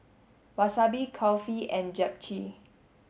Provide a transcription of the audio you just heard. Wasabi Kulfi and Japchae